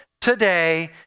today